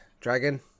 dragon